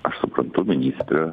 aš suprantu ministrę